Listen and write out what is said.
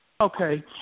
Okay